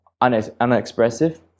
unexpressive